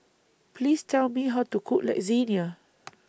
Please Tell Me How to Cook Lasagna